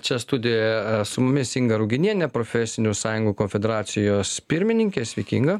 čia studijoje su mumis inga ruginienė profesinių sąjungų konfederacijos pirmininkė sveiki inga